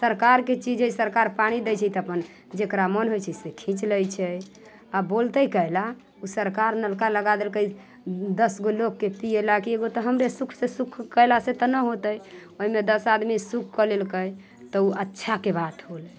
सरकारके चीज हय सरकार पानि दै छै तऽ अपन जकरा मोन होइ छै से खीञ्च लै छै आओर बोलतै कै लए उ सरकार नलका लगा देलकै दस गो लोगके पीयैला की एगो हमरे सुखके सुख केलासँ तऽ नहि होतै ओइमे दस आदमी सुख कऽ लेलकै तऽ उ अच्छाके बात होल